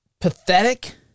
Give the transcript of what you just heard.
Pathetic